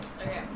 Okay